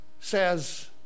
says